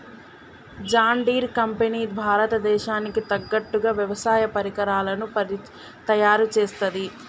John Deere company భారత దేశానికి తగ్గట్టుగా వ్యవసాయ పరికరాలను తయారుచేస్తది